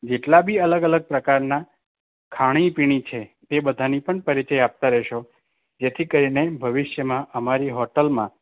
જેટલા બી અલગ અલગ પ્રકારનાં ખાણીપીણી છે તે બધાની પણ પરિચય આપતા રહેશો જેથી કરીને ભવિષ્યમા અમારી હોટલમાં